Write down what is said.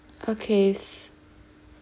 okays